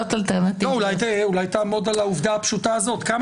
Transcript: לעשות וגם נתנו מועדי ג' לחלק